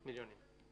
כן.